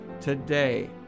today